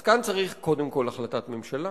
אז כאן צריך קודם כול החלטת ממשלה,